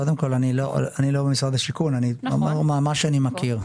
קודם כל אני לא ממשרד השיכון אז אני אומר ממה שאני מכיר.